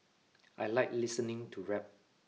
I like listening to rap